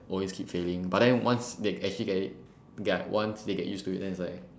always keep failing but then once they actually get it ya once they get used to it then it's like